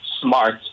smart